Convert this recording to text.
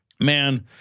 Man